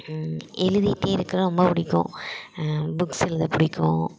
எழுதிகிட்டே இருக்க ரொம்ப பிடிக்கும் புக்ஸ் எழுத பிடிக்கும்